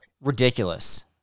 ridiculous